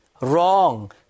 wrong